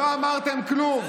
לא אמרתם כלום,